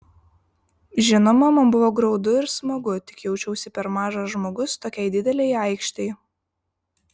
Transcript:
žinoma man buvo graudu ir smagu tik jaučiausi per mažas žmogus tokiai didelei aikštei